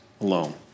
alone